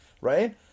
right